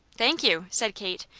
thank you, said kate.